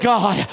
God